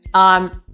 um,